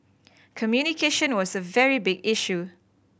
communication was a very big issue